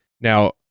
Now